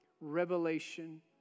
revelation